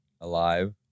alive